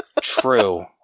True